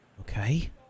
Okay